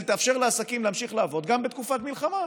תאפשר לעסקים להמשיך לעבוד גם בתקופת מלחמה.